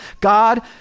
God